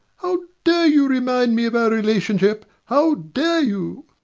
how dare you remind me of our relation ship! how dare you